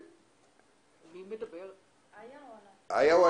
שמי איה גורצקי, אני